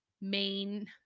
main